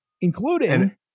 including